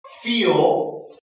feel